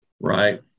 right